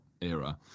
era